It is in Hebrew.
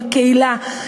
בקהילה,